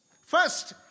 First